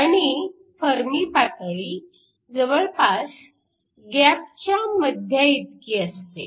आणि फर्मी पातळी जवळपास गॅपच्या मध्याइतकी असते